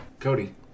Cody